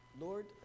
Lord